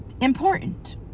Important